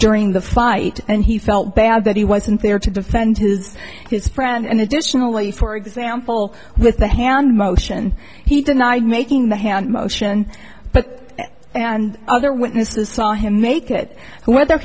during the fight and he felt bad that he wasn't there to defend his his friend and additionally for example with the hand motion he denied making the hand motion but and other witnesses saw him make it whether